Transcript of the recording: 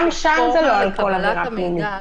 גם שם זה לא על כל עבירה פלילית.